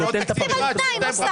ועוד תקציב אחד --- תקציב על תנאי נוסף.